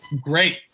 Great